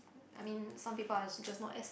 I mean some people are just not as